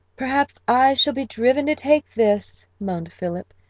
perhaps i shall be driven to take this, moaned philip,